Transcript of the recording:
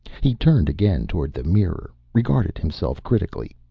he turned again toward the mirror, regarded himself critically,